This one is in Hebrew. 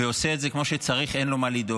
ועושה את זה כמו שצריך, אין לו מה לדאוג.